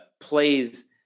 plays